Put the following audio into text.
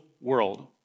world